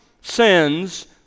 sins